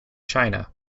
china